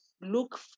look